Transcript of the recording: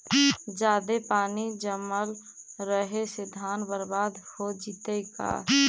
जादे पानी जमल रहे से धान बर्बाद हो जितै का?